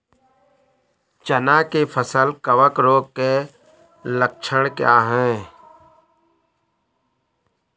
चना की फसल कवक रोग के लक्षण क्या है?